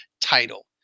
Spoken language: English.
title